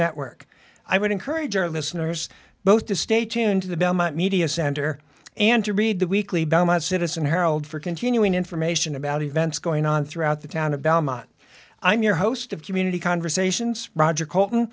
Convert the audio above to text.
network i would encourage our listeners both to stay tuned to the belmont media center and to read the weekly belmont citizen herald for continuing information about events going on throughout the town of belmont i'm your host of community conversations roger c